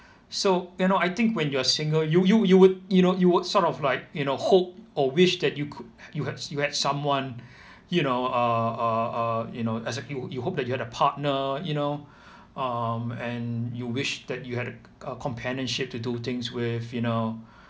so you know I think when you are single you you you would you know you would sort of like you know hope or wish that you cou~ you had you had someone you know uh uh uh you know as in you you hope that you had a partner you know um and you wish that you had a a companionship to do things with you know